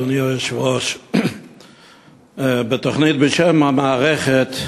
אדוני היושב-ראש, תודה, בתוכנית בשם "המערכת"